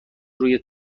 روی